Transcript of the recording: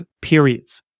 periods